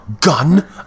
gun